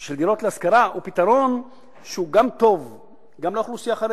של דירות להשכרה הוא פתרון שהוא גם טוב לאוכלוסייה החרדית,